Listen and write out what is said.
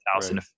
thousand